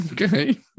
Okay